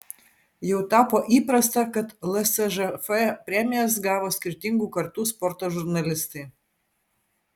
jau tapo įprasta kad lsžf premijas gavo skirtingų kartų sporto žurnalistai